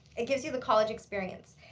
it gives you the college experience.